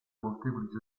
molteplici